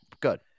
Good